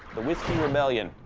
the whiskey rebellion.